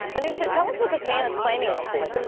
anoushah, tell us what this man is claiming in the suit.